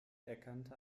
erkannte